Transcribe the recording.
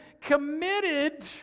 committed